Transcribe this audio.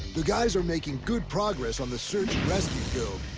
the guys are making good progress on the search and rescue build.